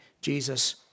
Jesus